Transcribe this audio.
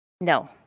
No